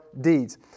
deeds